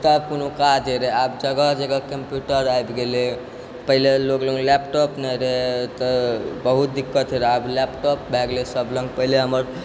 तब कोनो काज होइ रहै आब जगह जगह कम्प्यूटर आबि गेलै पहिले लोक लग लैपटॉप नहि रहै तऽ बहुत दिक्कत होइ रहै आबऽ लैपटॉप भऽ गेलै सब लग पहिले हमर